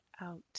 out